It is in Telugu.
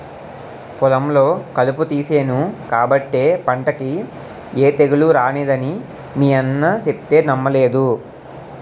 పొలంలో కలుపు తీసేను కాబట్టే పంటకి ఏ తెగులూ రానేదని మీ అన్న సెప్తే నమ్మలేదు